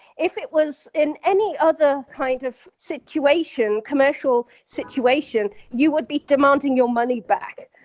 if it was in any other kind of situation, commercial situation, you would be demanding your money back.